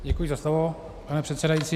Děkuji za slovo, pane předsedající.